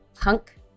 Punk